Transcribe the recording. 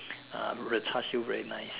uh the Char siew very nice